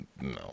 no